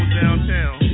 downtown